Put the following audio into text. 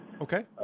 Okay